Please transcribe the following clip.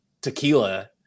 tequila